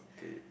okay